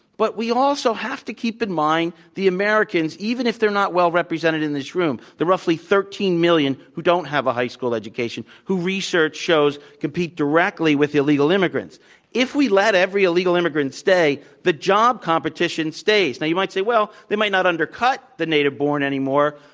but we also have to keep in mind that americans, even if they're not well-represented in this room the roughly thirteen million who don't have a high school education, who research shows compete directly with illegal immigrants if we let every illegal immigrant stay, the job competition stays. now, you might say, well, they might not undercut the native-born anymore,